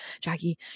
Jackie